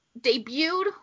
debuted